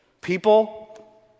People